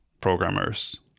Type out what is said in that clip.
programmers